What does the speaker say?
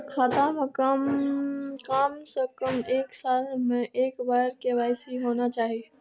खाता में काम से कम एक साल में एक बार के.वाई.सी होना चाहि?